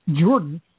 Jordan